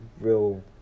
real